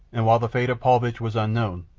and while the fate of paulvitch was unknown,